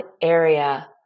area